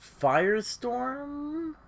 Firestorm